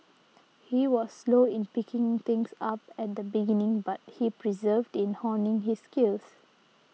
he was slow in picking things up at the beginning but he persevered in honing his skills